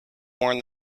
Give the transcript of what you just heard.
warn